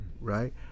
right